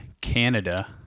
Canada